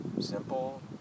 simple